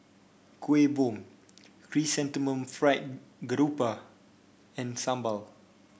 Kueh Bom Chrysanthemum Fried Garoupa and sambal